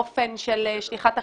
אופן של שליחת החשבונות,